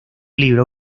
libro